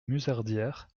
musardière